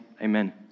amen